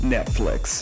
Netflix